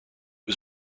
was